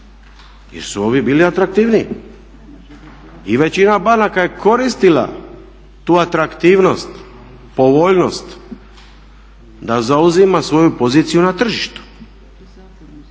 jer su ovi bili atraktivniji. I većina banaka je koristila tu atraktivnost, povoljnost da zauzima svoju poziciju na tržištu.